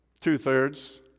Two-thirds